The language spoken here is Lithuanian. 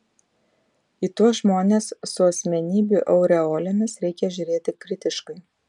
į tuos žmones su asmenybių aureolėmis reikia žiūrėti kritiškai